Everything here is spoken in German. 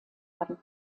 haben